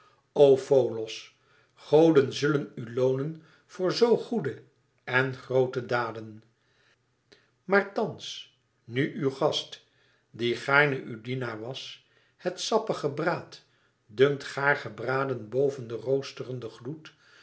o folos goden zullen u loonen voor zoo goede en groote daden maar thans nu uw gast die gaarne u dienaar was het sappig gebraad dunkt gaar gebraden boven den roosterenden gloed